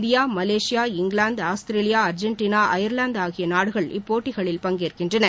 India Malaysia England Australia Argentina அபர்லாந்து ஆகிய நாடுகள் இப்போட்டிகளில் பங்கேற்கின்றன